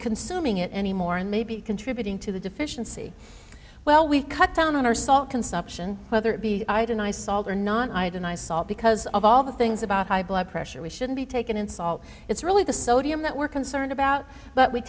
consuming it anymore and may be contributing to the deficiency well we cut down on our salt consumption whether it be i deny salt or not i had a nice salt because of all the things about high blood pressure we shouldn't be taken in salt it's really the sodium that we're concerned about but we